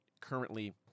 currently